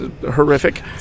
horrific